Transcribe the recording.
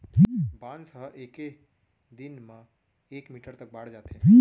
बांस ह एके दिन म एक मीटर तक बाड़ जाथे